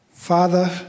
Father